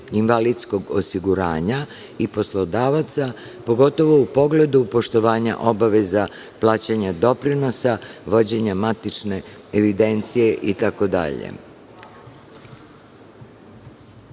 penziono-invalidskog osiguranja i poslodavaca, pogotovo u pogledu poštovanja obaveza plaćanja doprinosa, vođenja matične evidencije itd. Na